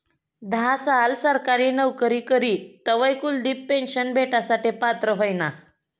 धा साल सरकारी नवकरी करी तवय कुलदिप पेन्शन भेटासाठे पात्र व्हयना